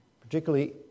particularly